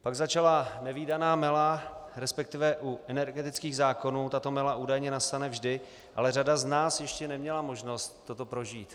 Pak začala nevídaná mela, respektive u energetických zákonů tato mela údajně nastane vždy, ale řada z nás ještě neměla možnost toto prožít.